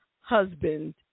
husband